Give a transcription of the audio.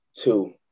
two